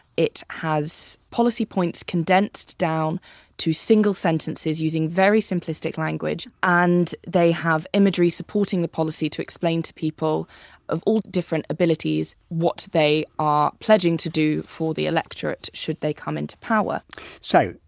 it has policy points condensed down to single sentences using very simplistic language and they have imagery supporting the policy to explain to people of all different abilities what they are pledging to do for the electorate should they come into power so,